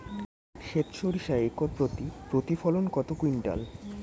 সেত সরিষা একর প্রতি প্রতিফলন কত কুইন্টাল?